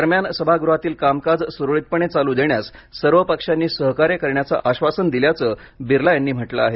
दरम्यान सभागृहातील कामकाज सुरळीतपणे चालू देण्यास सर्व पक्षांनी सहकार्य करण्याचं आश्वासन दिल्याच बिर्ला यांनी म्हटलं आहे